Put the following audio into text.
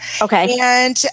Okay